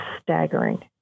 staggering